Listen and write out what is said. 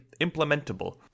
implementable